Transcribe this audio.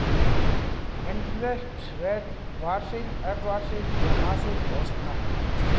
interest rate वार्षिक, अर्द्धवार्षिक या मासिक हो सकता है